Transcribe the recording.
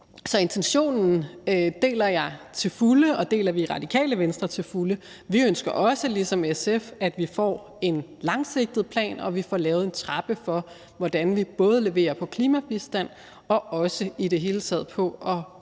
Så intentionen deler jeg og Radikale Venstre til fulde. Vi ønsker også ligesom SF, at vi får en langsigtet plan, og at vi får lavet en trappe for, hvordan vi leverer både på klimabistand og også på i det hele taget at give